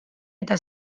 eta